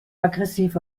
aggressiv